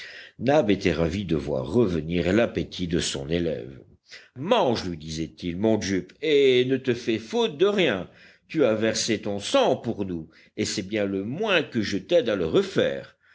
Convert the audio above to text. nab était ravi de voir revenir l'appétit de son élève mange lui disait-il mon jup et ne te fais faute de rien tu as versé ton sang pour nous et c'est bien le moins que je t'aide à le refaire